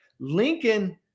Lincoln